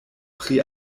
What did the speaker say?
pri